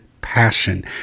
passion